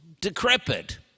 decrepit